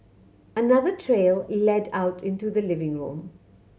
another trail led out into the living room